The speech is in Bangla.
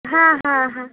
হ্যাঁ হ্যাঁ হ্যাঁ